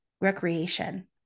recreation